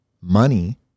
money